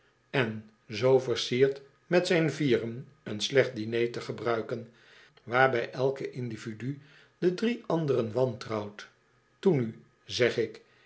en zoo versierd met zijn vieren een slecht diner te gebruiken waarbij elke individu de drie anderen wantrouwt toen nu zeg ik